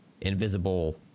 invisible